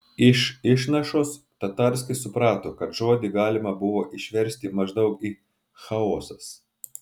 iš išnašos tatarskis suprato kad žodį galima buvo išversti maždaug į chaosas